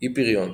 אי פיריון